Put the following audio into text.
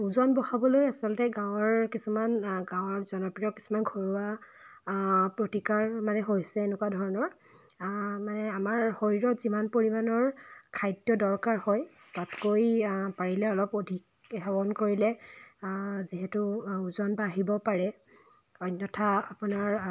ওজন বঢ়াবলৈ আচলতে গাঁৱৰ কিছুমান গাঁৱৰ জনপ্ৰিয় কিছুমান ঘৰুৱা প্ৰতিকাৰ মানে হৈছে এনেকুৱা ধৰণৰ মানে আমাৰ শৰীৰত যিমান পৰিমাণৰ খাদ্য দৰকাৰ হয় তাতকৈ পাৰিলে অলপ অধিক সেৱন কৰিলে যিহেতু ওজন বাঢ়িব পাৰে অন্যথা আপোনাৰ